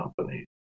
companies